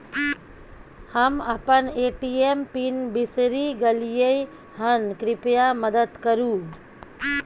हम अपन ATM PIN बिसरि गलियै हन, कृपया मदद करु